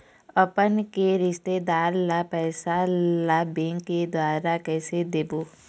अपन के रिश्तेदार ला पैसा ला बैंक के द्वारा कैसे देबो?